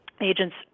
agents